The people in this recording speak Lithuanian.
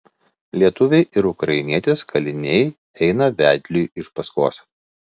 lietuviai ir ukrainietis kaliniai eina vedliui iš paskos